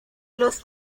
los